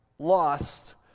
lost